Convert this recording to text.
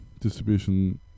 distribution